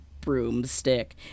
broomstick